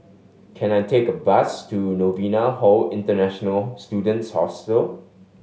can I take a bus to Novena Hall International Students Hostel